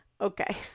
Okay